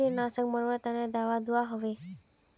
कीटनाशक मरवार तने दाबा दुआहोबे?